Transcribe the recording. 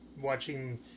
watching